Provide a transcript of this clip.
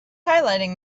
highlighting